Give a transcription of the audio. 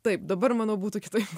taip dabar manau būtų kitaip